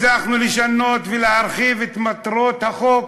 הצלחנו לשנות ולהרחיב את מטרות החוק,